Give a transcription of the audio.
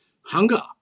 hunger